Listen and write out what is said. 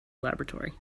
laboratory